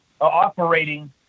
operating